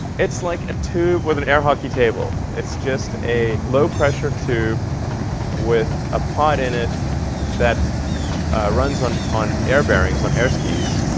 it's like a tube with an air hockey table. it's just a low-pressure tube with a pod in it that runs on on air bearings, on air skis,